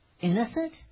innocent